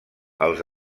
els